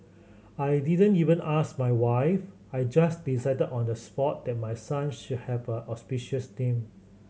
I didn't even ask my wife I just decided on the spot that my son should have auspicious name